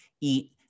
eat